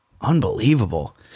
Unbelievable